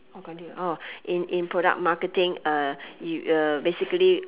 oh continue oh in in product marketing uh you uh basically